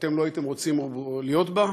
אתם לא הייתם רוצים להיות בה,